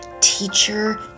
teacher